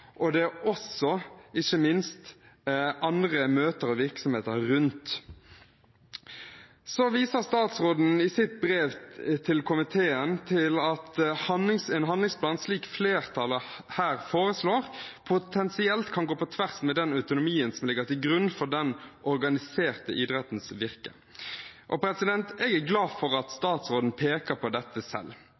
og det gjelder ikke minst andre møter og virksomheter rundt. Statsråden viser i sitt brev til komiteen til at en handlingsplan, slik flertallet her foreslår, potensielt kan gå på tvers med den autonomien som ligger til grunn for den organiserte idrettens virke. Jeg er glad for at statsråden peker på dette selv,